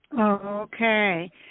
Okay